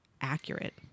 accurate